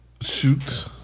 shoot